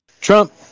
Trump